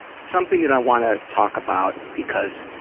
something that i want to talk about because